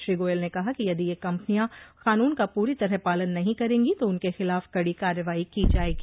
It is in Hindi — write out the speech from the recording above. श्री गोयल ने कहा कि यदि ये कंपनियां कानून का पूरी तरह पालन नहीं करेंगी तो उनके खिलाफ कड़ी कार्रवाई की जाएगी